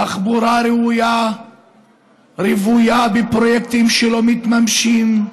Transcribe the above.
תחבורה ראויה רוויה בפרויקטים שלא מתממשים,